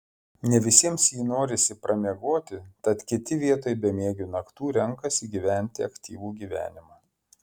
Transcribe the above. ne visiems jį norisi pramiegoti tad kiti vietoj bemiegių naktų renkasi gyventi aktyvų gyvenimą